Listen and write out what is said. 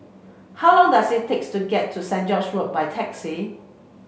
how long does it takes to get to Saint George's Road by taxi